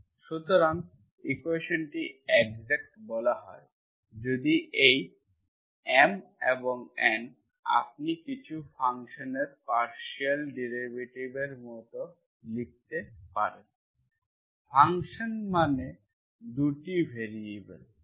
সুতরাং ইকুয়েশন্টি এক্সাক্ট বলা হয় যদি এই M এবং N আপনি কিছু ফাংশনের পার্শিয়াল ডেরিভেটিভের মতো লিখতে পারেন ফাংশন মানে 2টি ভ্যারিয়েবল x এবং y